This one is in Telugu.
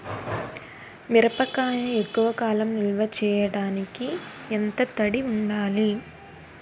మిరపకాయ ఎక్కువ కాలం నిల్వ చేయటానికి ఎంత తడి ఉండాలి?